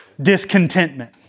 discontentment